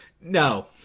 No